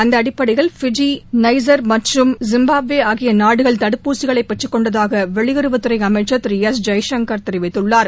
அந்த அடிப்படையில் Fiji Niger மற்றும் ஜிம்பாப்வே ஆகிய நாடுகள் தடுப்பூசிகளை பெற்றுக்கொண்டதாக வெளியுறவுத்துறை அமைச்சர் திரு எஸ் ஜெய்சங்கர் தெரிவித்துள்ளார்